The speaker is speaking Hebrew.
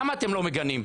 למה אתם לא מגנים?